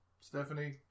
Stephanie